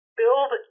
build